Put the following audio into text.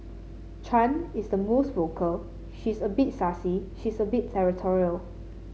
Chan is the most vocal she's a bit sassy she's a bit territorial